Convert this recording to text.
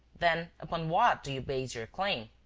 then upon what do you base your claim?